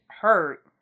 hurt